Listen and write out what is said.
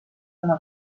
oma